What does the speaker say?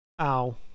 Ow